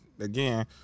Again